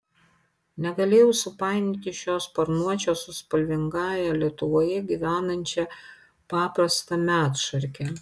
negalėjau supainioti šio sparnuočio su spalvingąja lietuvoje gyvenančia paprasta medšarke